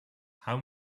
how